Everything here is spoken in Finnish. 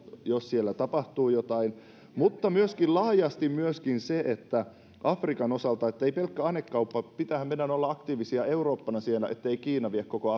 jos siellä tapahtuu jotain mutta myöskin laajasti se ettei afrikan osalta ole pelkkää anekauppaa pitäähän meidän olla aktiivisia eurooppana siellä ettei kiina vie koko